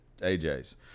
AJ's